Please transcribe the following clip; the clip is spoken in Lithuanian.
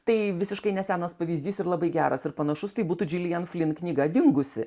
tai visiškai nesenas pavyzdys ir labai geras ir panašus tai būtų gillian flynn knyga dingusi